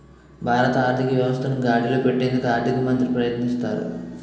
భారత ఆర్థిక వ్యవస్థను గాడిలో పెట్టేందుకు ఆర్థిక మంత్రి ప్రయత్నిస్తారు